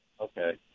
Okay